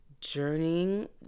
journeying